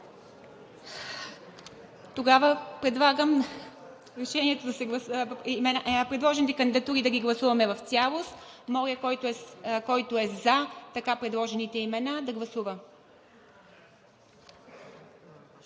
Тогава предлагам предложените кандидатури да ги гласуваме в цялост. Моля, който е за така предложените имена, да гласува.